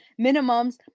minimums